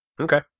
Okay